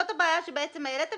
זאת הבעיה שבעצם העליתם